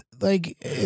like-